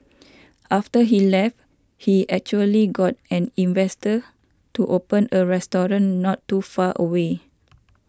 after he left he actually got an investor to open a restaurant not too far away